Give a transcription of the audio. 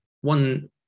one